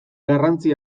garrantzi